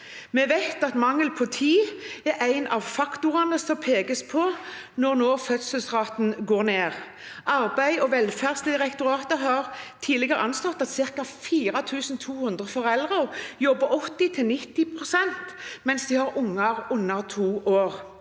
Vi vet at mangel på tid er en av faktorene som pekes på når fødselsraten nå går ned. Arbeids- og velferdsdirektoratet har tidligere anslått at ca. 4 200 foreldre jobber 80–90 pst. mens de har unger under 2 år.